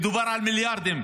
ומדובר על מיליארדים.